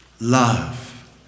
love